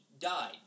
died